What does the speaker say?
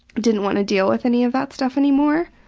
didn't want to deal with any of that stuff anymore.